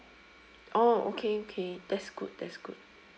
oh okay okay that's good that's good